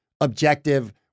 objective